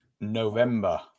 November